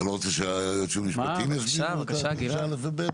אתה לא רוצה שהיועצים המשפטיים יסבירו את 9(א) ו-(ב)?